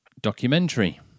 documentary